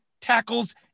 tackles